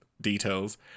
details